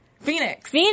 Phoenix